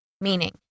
Meaning